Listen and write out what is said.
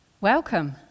Welcome